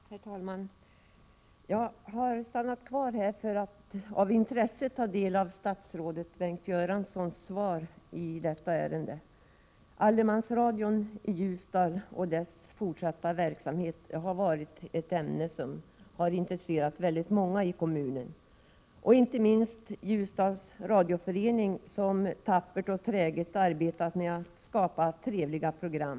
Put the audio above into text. Herr talman! Jag har stannat kvar här i kammaren därför att jag har intresse av att ta del av statsrådet Bengt Göranssons svar i det här ärendet. Allemansradion i Ljusdal och dess fortsatta verksamhet har varit ett ämne som intresserat många i kommunen, inte minst Ljusdals radioförening, som tappert och träget har arbetat med att skapa trevliga program.